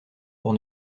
pour